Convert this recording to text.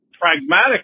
pragmatic